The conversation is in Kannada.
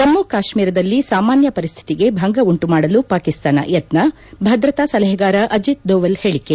ಜಮ್ನು ಕಾಶ್ನೀರದಲ್ಲಿ ಸಾಮಾನ್ಜ ಪರಿಸ್ವಿತಿಗೆ ಭಂಗ ಉಂಟು ಮಾಡಲು ಪಾಕಿಸ್ತಾನ ಯತ್ನ ಭದ್ರತಾ ಸಲಹೆಗಾರ ಅಜೆತ್ ದೊವಲ್ ಹೇಳಿಕೆ